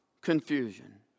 confusion